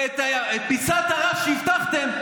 ואת כבשת הרש שהבטחתם,